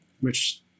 which-